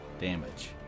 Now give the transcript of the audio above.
damage